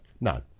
No